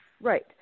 Right